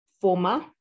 former